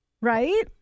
Right